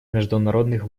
международных